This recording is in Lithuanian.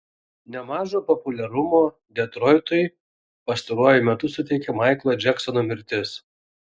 nemažo populiarumo detroitui pastaruoju metu suteikė maiklo džeksono mirtis